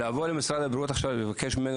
לבוא למשרד הבריאות עכשיו ולבקש ממנו